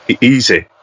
easy